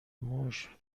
موش